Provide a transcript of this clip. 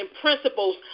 principles